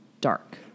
dark